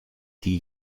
die